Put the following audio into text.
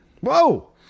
Whoa